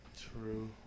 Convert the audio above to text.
True